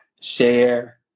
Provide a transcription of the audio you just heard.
share